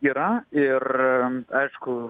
yra ir aišku